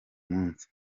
munsi